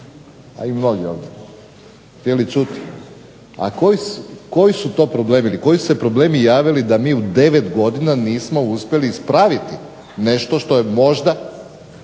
a i mnogi ovdje htjeli čuti a koji su to problemi, koji su se problemi javili da mi u 9 godina nismo uspjeli ispraviti nešto što je možda